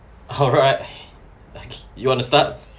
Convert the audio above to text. alright okay you wanna start